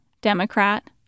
Democrat